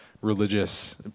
religious